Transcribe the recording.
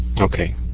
Okay